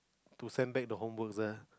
to send back the homworks lah